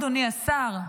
אדוני השר.